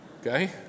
Okay